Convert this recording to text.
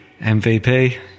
MVP